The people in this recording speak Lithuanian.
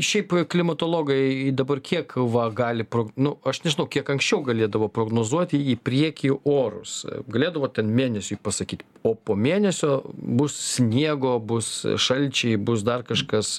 šiaip klimatologai dabar kiek va gali nu aš nežinau kiek anksčiau galėdavo prognozuoti į priekį orus galėdavo ten mėnesiui pasakyt o po mėnesio bus sniego bus šalčiai bus dar kažkas